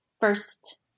first